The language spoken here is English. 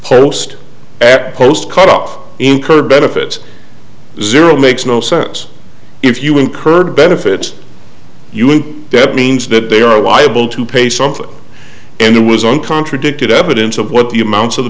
after post cut off incurred benefits zero makes no sense if you incurred benefits you think that means that they are liable to pay something and it was on contradicted evidence of what the amounts of the